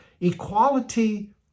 equality